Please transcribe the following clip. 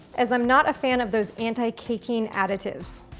as i'm not a fan of those anti-caking additives.